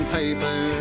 paper